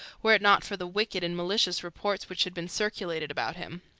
were it not for the wicked and malicious reports which had been circulated about him.